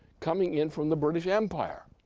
coming in from the british empire.